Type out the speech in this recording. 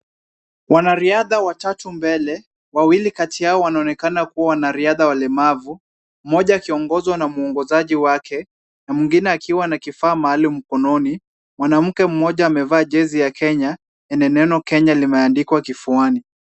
Wanariadha watatu mbele, wawili kati yao wanaonekana kuwa wanariadha walemavu, mmoja akiongozwa na mwongozaji wake na mwingine akiwa na kifaa maalum mkononi. Mwanamke mmoja amevaa jezi ya Kenya, yenye neno Kenya limeandikwa kifuani.